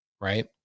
right